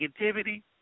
negativity